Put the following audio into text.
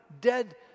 dead